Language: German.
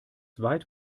weit